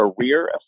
career